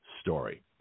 story